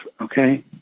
Okay